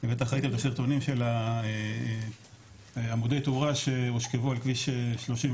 בטח ראיתם את הסרטונים של עמודי תאורה שהושכבו על כביש 31,